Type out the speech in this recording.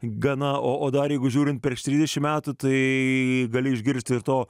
gana o dar jeigu žiūrint prieš trisdešimt metų tai gali išgirsti to